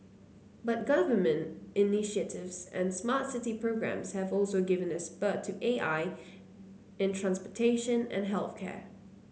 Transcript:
but government initiatives and smart city programs have also given a spurt to A I in transportation and health care